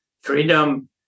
freedom